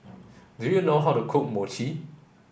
do you know how to cook Mochi